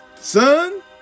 son